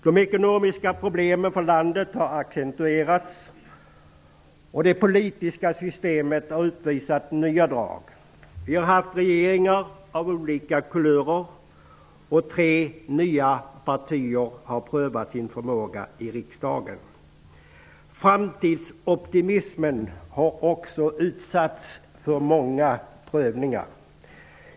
De ekonomiska problemen för landet har accentuerats, och det politiska systemet har utvisat nya drag. Vi har haft regeringar av olika kulörer, och tre nya partier har prövat sin förmåga i riksdagen. Framtidsoptimismen har också utsatts för många prövningar.